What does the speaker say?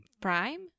Prime